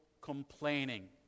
complaining